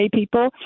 people